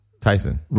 Tyson